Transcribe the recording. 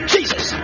Jesus